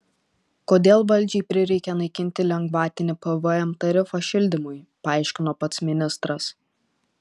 kodėl valdžiai prireikė naikinti lengvatinį pvm tarifą šildymui paaiškino pats ministras